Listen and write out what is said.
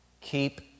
Keep